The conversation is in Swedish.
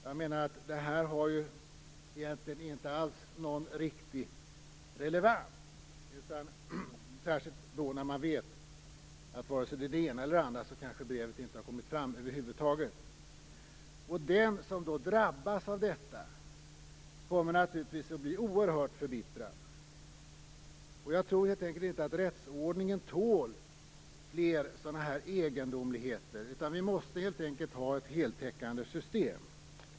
Jag menar att det här egentligen inte alls har någon riktig relevans, särskilt när man vet att vare sig det är det ena eller andra kanske brevet inte har kommit fram över huvud taget. Den som drabbas av detta kommer naturligtvis att bli oerhört förbittrad. Jag tror helt enkelt inte att rättsordningen tål fler sådana här egendomligheter. Vi måste ha ett heltäckande system.